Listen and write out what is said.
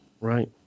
Right